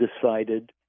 decided